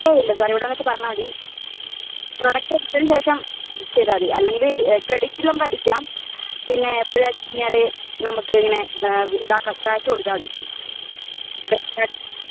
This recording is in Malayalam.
ഏയ് ഇല്ല സാർ ഇവിടെ വന്നിട്ട് പറഞ്ഞാൽ മതി പ്രൊഡക്ട് എടുത്തതിന് ശേഷം ചെയ്താൽ മതി അല്ലെങ്കിൽ ക്രെഡിറ്റിൽ നമ്മൾക്ക് അടിക്കാം പിന്നെ എപ്പഴാണെന്ന് വച്ചുകഴിഞ്ഞാൽ നമുക്കിങ്ങനെ ഇതാക്കാം ക്യാഷ് കൊടുത്താൽ മതി സംസാരിക്കുമ്പോൾ